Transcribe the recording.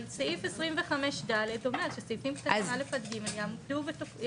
אבל סעיף 25(ד) אומר שסעיפים קטנים (א) עד (ג) יעמדו בתוקפם